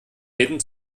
jeden